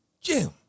Jim